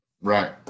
Right